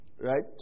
right